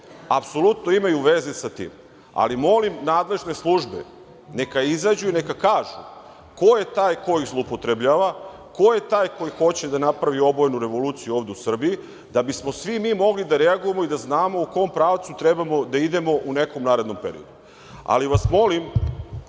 apsolutno imaju veze sa tim, ali molim nadležne službe da izađu i neka kažu ko je taj ko ih zloupotrebljava, ko je taj koji hoće da napravi obojenu revoluciju ovde u Srbiji da bismo svi mi mogli da reagujemo i da znamo u kom pravcu trebamo da idemo u nekom narednom periodu. Takođe vas molim